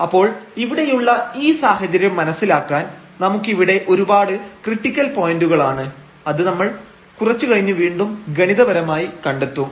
അപ്പോൾ ഇവിടെയുള്ള ഈ സാഹചര്യം മനസ്സിലാക്കാൻ നമുക്കിവിടെ ഒരുപാട് ക്രിട്ടിക്കൽ പോയന്റുകളാണ് അത് നമ്മൾ കുറച്ചു കഴിഞ്ഞു വീണ്ടും ഗണിതപരമായി കണ്ടെത്തും